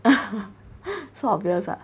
so obvious ah